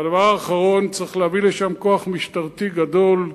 והדבר האחרון, צריך להביא לשם כוח משטרתי גדול,